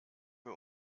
wir